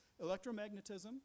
electromagnetism